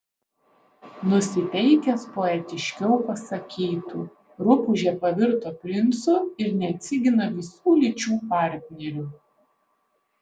nusiteikęs poetiškiau pasakytų rupūžė pavirto princu ir neatsigina visų lyčių partnerių